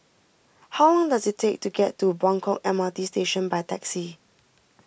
how long does it take to get to Buangkok M R T Station by taxi